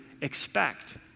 expect